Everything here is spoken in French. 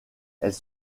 elles